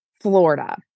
Florida